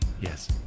yes